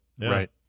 right